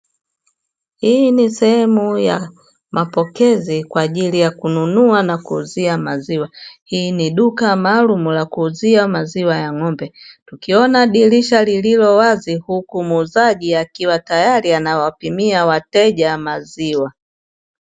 Hii ni sehemu ya mapokezi kwaajili ya kununua na kuuzia maziwa hili ni duka maalumu la kuuzia maziwa ya ng'ombe, tukiona dirisha lililowazi huku muuzaji akiwa tayari anawapimia wateja maziwa.